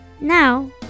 Now